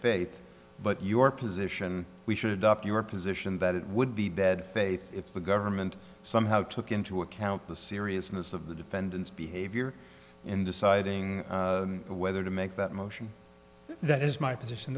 fate but your position we should adopt your position that it would be bad faith if the government somehow took into account the seriousness of the defendant's behavior in deciding whether to make that motion that is my position